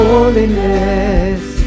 Holiness